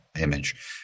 image